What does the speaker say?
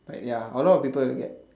like ya a lot of people will be like